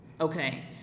Okay